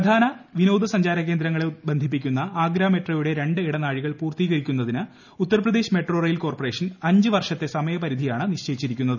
പ്രധാന വിനോദ സഞ്ചാര കേന്ദ്രങ്ങളെ ബന്ധിപ്പിക്കുന്ന ആഗ്ര മെട്രോയുടെ രണ്ട് ഇടനാഴികൾ പൂർത്തീകരിക്കുന്നതിന് ഉത്തർപ്രദേശ് മെട്രോ റെയിൽ കോർപ്പറേഷൻ അഞ്ച് വർഷത്തെ സമയപരിധിയാണ് നിശ്ചയിച്ചിരിക്കുന്നത്